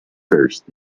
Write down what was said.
first